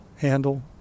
handle